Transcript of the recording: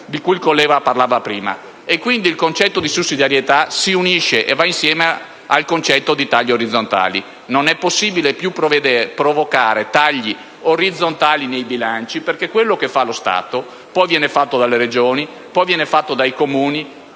di cui si è qui parlato poc'anzi. Quindi, il concetto di sussidiarietà si unisce e va insieme a quello dei tagli orizzontali. Non è possibile più provocare tagli orizzontali nei bilanci perché quanto fa lo Stato poi viene fatto dalle Regioni, e poi dai Comuni,